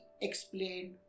explained